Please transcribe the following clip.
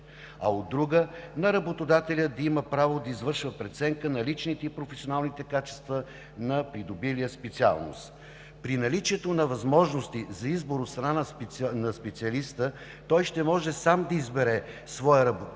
а, от друга – работодателят да има право да извършва преценка на личните и професионалните качества на придобилия специалност. При наличието на възможности за избор от страна на специалиста, ще може сам да избере своя работодател